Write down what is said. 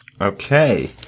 Okay